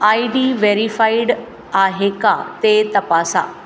I D verified आहे का ते तपासा